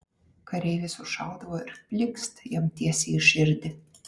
kareivis už šautuvo ir plykst jam tiesiai į širdį